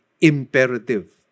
imperative